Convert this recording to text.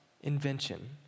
invention